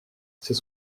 c’est